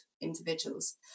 individuals